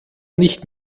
nicht